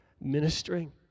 ministering